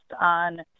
on